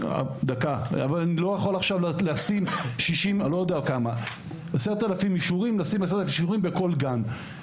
אבל אני לא יכול עכשיו לשים 10,000 אישורים בכל גן.